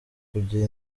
kugira